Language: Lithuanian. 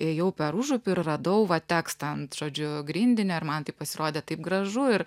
ėjau per užupį ir radau va tekstą ant žodžiu grindinio ir man tai pasirodė taip gražu ir